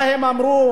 מה הם אמרו,